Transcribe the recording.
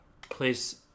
place